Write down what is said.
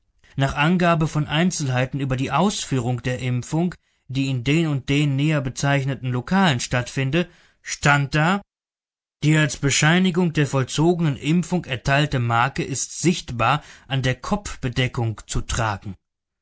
nach angabe von einzelheiten über die ausführung der impfung die in den und den näher bezeichneten lokalen stattfinde stand da die als bescheinigung der vollzogenen impfung erteilte marke ist sichtbar an der kopfbedeckung zu tragen